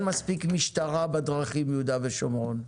מספיק משטרה בדרכים של יהודה ושומרון.